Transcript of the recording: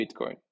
Bitcoin